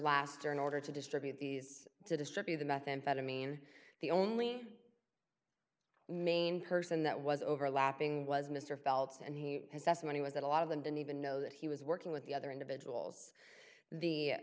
laster in order to distribute these to distribute the methamphetamine the only main person that was overlapping was mr felt's and he has testimony was that a lot of them didn't even know that he was working with the other individuals the